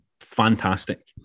fantastic